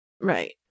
Right